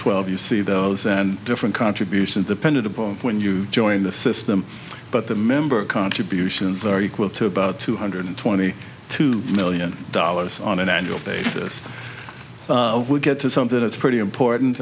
twelve you see those and different contributions depended upon when you join the system but the member contributions are equal to about two hundred twenty two million dollars on an annual basis we'll get to something that's pretty important